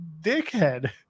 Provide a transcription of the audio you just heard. dickhead